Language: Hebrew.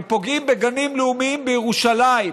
הם פוגעים בגנים לאומיים בירושלים.